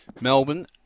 Melbourne